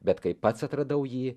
bet kai pats atradau jį